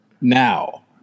now